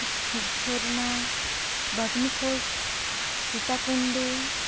ᱡᱷᱚᱨᱱᱟ ᱵᱟᱢᱱᱤ ᱯᱷᱚᱞᱥ ᱥᱤᱛᱟᱠᱩᱱᱰᱩ